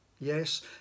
Yes